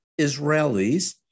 Israelis